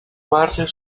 barrio